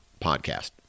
podcast